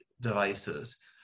devices